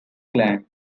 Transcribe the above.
clan